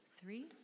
three